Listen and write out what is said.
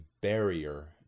barrier